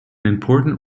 important